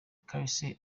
mekseb